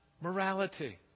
morality